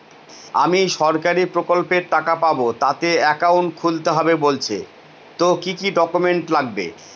আমি সরকারি প্রকল্পের টাকা পাবো তাতে একাউন্ট খুলতে হবে বলছে তো কি কী ডকুমেন্ট লাগবে?